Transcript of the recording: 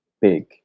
big